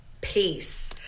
Peace